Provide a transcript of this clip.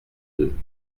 deux